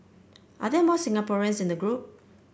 are there more Singaporeans in the group